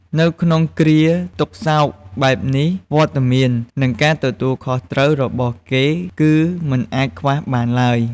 នៅក្នុងគ្រាទុក្ខសោកបែបនេះ វត្តមាន និងការទទួលខុសត្រូវរបស់គេគឺមិនអាចខ្វះបានឡើយ។